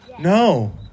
No